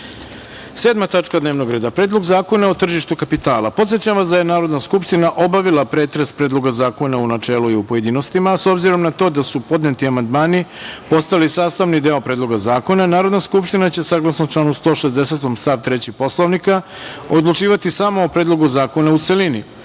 tačka dnevnog reda – Predlog zakona o tržištu kapitala. Podsećam vas da je Narodna skupština obavila pretres Predloga zakona u načelu i u pojedinostima, a s obzirom na to da su podneti amandmani postali sastavni deo Predloga zakona, Narodna skupština će, saglasno članu 160. stav 3. Poslovnika odlučivati samo o Predlogu zakona u